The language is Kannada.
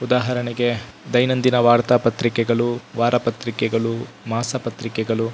ಉದಾಹರಣೆಗೆ ದೈನಂದಿನ ವಾರ್ತಾ ಪ್ರತಿಕೆಗಳು ವಾರ ಪ್ರತಿಕೆಗಳು ಮಾಸ ಪ್ರತಿಕೆಗಳು